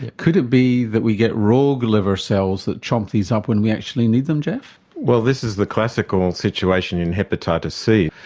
could it be that we get rogue liver cells that chomp these up when we actually need them geoff? well this is the classical situation in hepatitis c,